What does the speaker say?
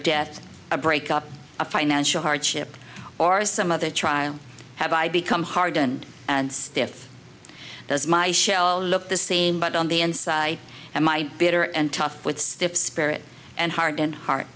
death a breakup a financial hardship or some other trial have i become hardened and stiff does my shell look the same but on the inside and my bitter and tough with spirit and heart and heart